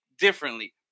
differently